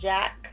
Jack